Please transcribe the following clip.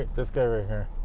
this guy right here.